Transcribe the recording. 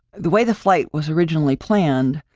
the way the flight was originally planned,